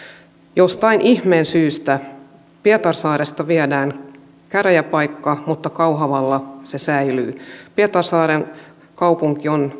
jostain ihmeen syystä pietarsaaresta viedään käräjäpaikka mutta kauhavalla se säilyy pietarsaaren kaupunki on